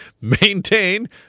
maintain